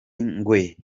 ngwe